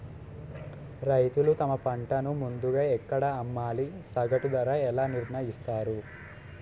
రైతులు తమ పంటను ముందుగా ఎక్కడ అమ్మాలి? సగటు ధర ఎలా నిర్ణయిస్తారు?